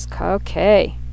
okay